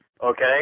Okay